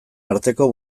arteko